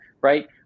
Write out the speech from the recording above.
right